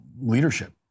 leadership